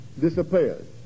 disappears